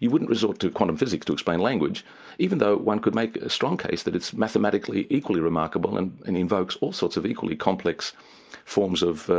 you wouldn't resort to quantum physics to explain language even though one could make a strong case that it's mathematically equally remarkable and and invokes all sorts of equally complex forms of